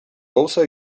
also